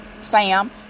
Sam